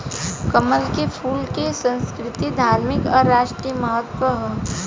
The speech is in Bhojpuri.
कमल के फूल के संस्कृतिक, धार्मिक आ राष्ट्रीय महत्व ह